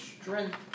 strength